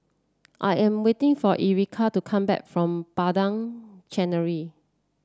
I am waiting for Ericka to come back from Padang Chancery